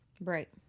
Right